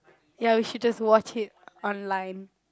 ya we should just watch it online